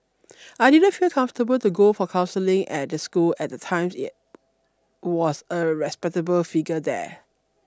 I didn't feel comfortable to go for counselling at the school at the time yet was a respectable figure there